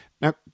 Now